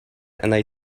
and